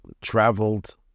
traveled